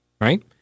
Right